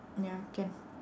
ya can